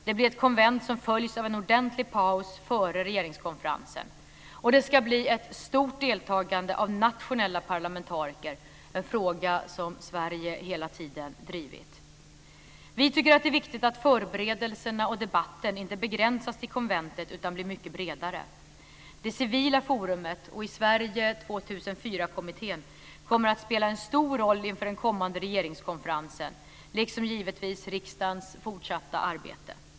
Det blir ett konvent som följs av en ordentlig paus före regeringskonferensen. Det ska bli ett stort deltagande av nationella parlamentariker. Det är en fråga där Sverige hela tiden har varit pådrivande. Vi tycker att det är viktigt att förberedelserna och debatten inte begränsas till konventet utan blir mycket bredare. Det civila forumet, och i Sverige 2004 kommittén, kommer att spela en stor roll inför den kommande regeringskonferensen, liksom givetvis riksdagens fortsatta arbete.